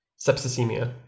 sepsisemia